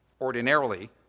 Ordinarily